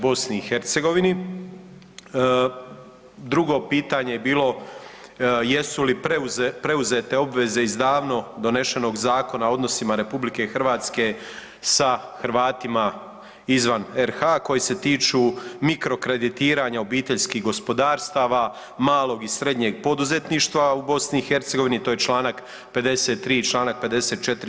Drugo pitanje je bilo jesu li preuzete obveze iz davno donesenog Zakona o odnosima RH sa Hrvatima izvan RH koji se tiču mikrokreditiranja obiteljskih gospodarstava, malog i srednje poduzetništava u BiH, to je Članak 53. i 54.